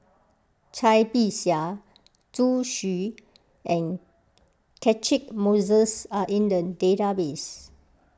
Cai Bixia Zhu Xu and Catchick Moses are in the database